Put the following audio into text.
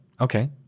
Okay